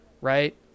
right